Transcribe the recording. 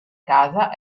casa